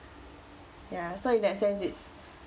ya so in that sense it's